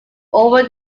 over